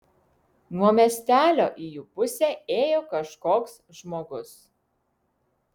nuo miestelio į jų pusę ėjo kažkoks žmogus